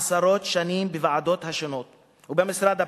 עשרות שנים בוועדות השונות ובמשרד הפנים,